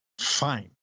fine